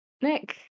Nick